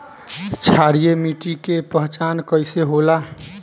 क्षारीय मिट्टी के पहचान कईसे होला?